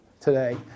today